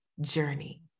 journey